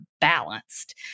balanced